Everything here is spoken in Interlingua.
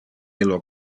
illo